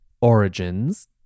Origins